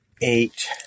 eight